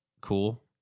cool